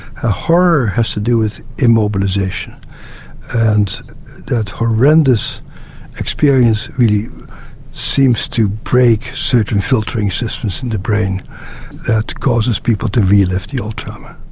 ah horror has to do with immobilisation and that horrendous experience really seems to break certain filtering systems in the brain that causes people to relive the old trauma.